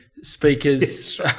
speakers